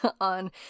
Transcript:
on